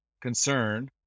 concern